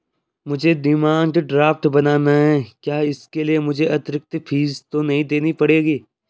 मुझे demand draft बनाना है क्या इसके लिए मुझे अतिरिक्त फीस तो नहीं देनी पड़ेगी?